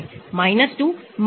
acid form को स्थिर किया जाता है